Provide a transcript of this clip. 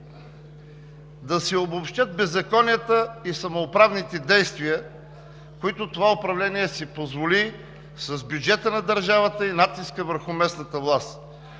…да се обобщят беззаконията и самоуправните действия, които това управление си позволи с бюджета на държавата и натиска върху местната власт.